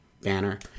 banner